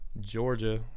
Georgia